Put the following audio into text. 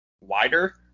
wider